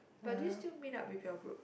but do you still meet up with your group